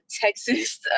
Texas